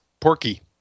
Porky